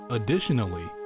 Additionally